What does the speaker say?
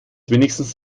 wenigstens